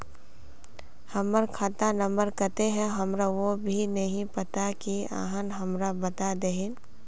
हमर खाता नम्बर केते है हमरा वो भी नहीं पता की आहाँ हमरा बता देतहिन?